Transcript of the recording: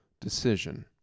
decision